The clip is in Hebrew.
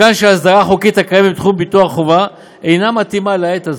מכאן שההסדרה החוקית הקיימת בתחום ביטוח החובה אינה מתאימה לעת הזאת.